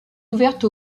ouverte